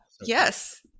yes